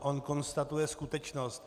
On konstatuje skutečnost.